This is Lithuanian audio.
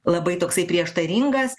labai toksai prieštaringas